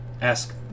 ask